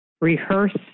rehearse